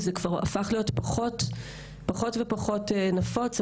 זה ככה הפך להיות פחות ופחות נפוץ,